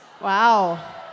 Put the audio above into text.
Wow